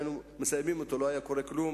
היינו מסיימים אותו ולא היה קורה כלום.